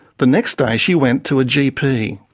the next day she went to a gp.